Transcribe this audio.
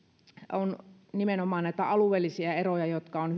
on nimenomaan alueellisia eroja jotka